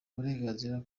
uburenganzira